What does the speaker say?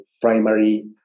primary